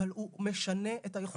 אבל הוא משנה את היכולות שלנו.